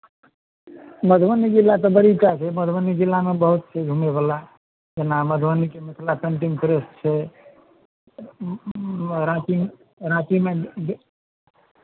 मधुबनी जिला तऽ बड़ी टा छै मधुबनी जिलामे बहुत छै घुमयवला जेना मधुबनीके मिथिला पेन्टिंग प्रेस छै राँटीमे राँटीमे